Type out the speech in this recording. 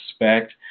respect